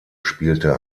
spielte